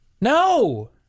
no